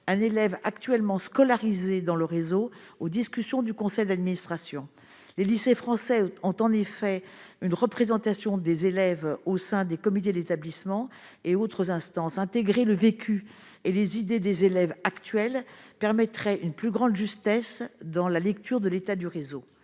un élève actuellement scolarisés dans le réseau aux discussions du conseil d'administration, les lycées français ont en effet une représentation des élèves au sein des comités d'établissement et autres instances le vécu et les idées des élèves actuels permettrait une plus grande justesse dans la lecture de l'état du réseau